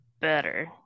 better